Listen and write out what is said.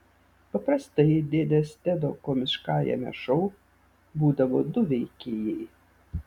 paprastai dėdės tedo komiškajame šou būdavo du veikėjai